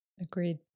Agreed